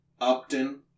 Upton